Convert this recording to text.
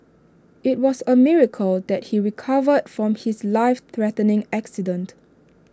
IT was A miracle that he recovered from his life threatening accident